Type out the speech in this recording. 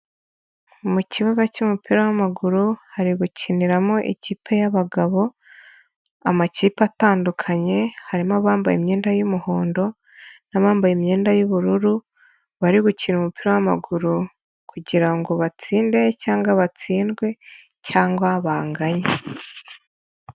Mu kibuga cy'umupira w'amaguru, hari gukiniramo ikipe y'abagabo, amakipe atandukanye, harimo abambaye imyenda y'umuhondo n'abambaye imyenda y'ubururu, bari gukina umupira w'amaguru kugira ngo batsinde cyangwa batsindwe cyangwa banganye.